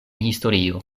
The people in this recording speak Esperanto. historio